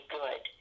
good